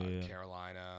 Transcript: Carolina